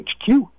HQ